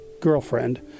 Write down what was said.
girlfriend